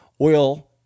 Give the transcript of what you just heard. Oil